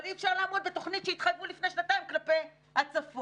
אבל אי-אפשר לעמוד בתוכנית שהתחייבו לפני שנתיים כלפי הצפון.